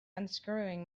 unscrewing